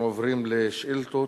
אנחנו עוברים לשאילתות.